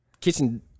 kitchen